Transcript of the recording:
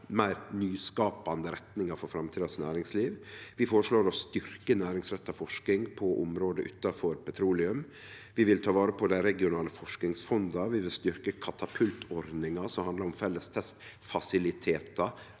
meir nyskapande retninga for framtidas næringsliv. Vi føreslår å styrkje næringsretta forsking på område utanfor petroleum. Vi vil ta vare på dei regionale forskingsfonda. Vi vil styrkje katapultordninga, som handlar om felles testfasilitetar